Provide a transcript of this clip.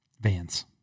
Vans